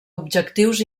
objectius